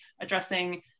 addressing